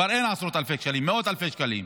כבר אין עשרות אלפי שקלים, מאות אלפי שקלים.